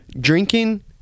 drinking